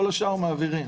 כל השאר מעבירים?